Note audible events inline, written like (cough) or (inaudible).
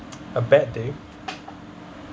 (noise) a bad day